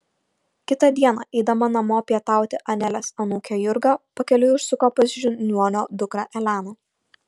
kitą dieną eidama namo pietauti anelės anūkė jurga pakeliui užsuko pas žiniuonio dukrą eleną